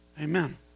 Amen